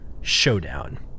showdown